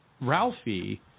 Ralphie